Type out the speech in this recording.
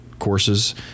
courses